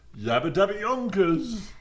Yabba-dabba-yonkers